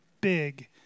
big